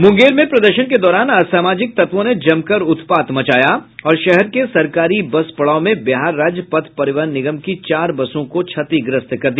मुंगेर में प्रदर्शन के दौरान असामाजिक तत्वों ने जमकर उत्पात मचाया और शहर के सरकारी बस पड़ाव में बिहार राज्य पथ परिवहन निगम की चार बसों को क्षतिग्रस्त कर दिया